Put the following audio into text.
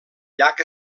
llac